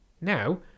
Now